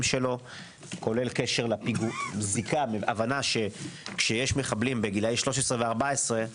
שלו כולל הבנה שכשיש מחבלים בגילאי 13 ו-14,